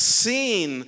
seen